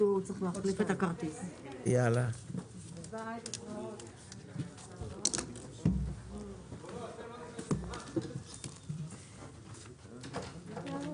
12:30.